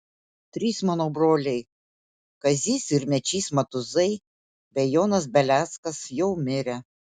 trys mano broliai kazys ir mečys matuzai bei jonas beleckas jau mirę